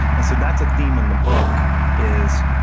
and so that's a theme in the book is,